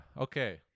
Okay